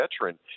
veteran